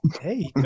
Hey